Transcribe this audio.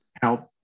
help